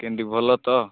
କେମିତି ଭଲ ତ